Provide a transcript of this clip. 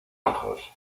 hijos